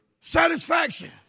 Satisfaction